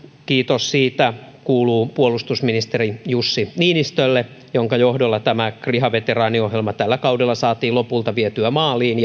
kiitos siitä kuuluu puolustusministeri jussi niinistölle jonka johdolla tämä kriha veteraaniohjelma tällä kaudella saatiin lopulta vietyä maaliin